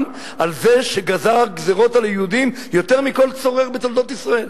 על זה שגזר גזירות על היהודים יותר מכל צורר בתולדות ישראל?